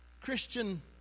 christian